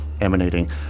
emanating